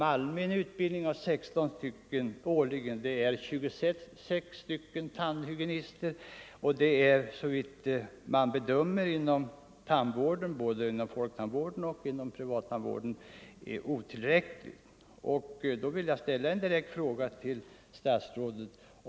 Denna utbildningsvolym, totalt 26 tandhygienister per år, är såvitt man kan bedöma det inom både folktandvården och privattandvården otillräcklig. Jag har därför velat ställa frågan direkt till statsrådet.